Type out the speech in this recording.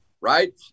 Right